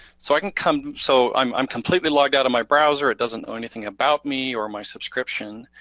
so i can come, so i'm i'm completely logged out of my browser, it doesn't know anything about me or my subscription,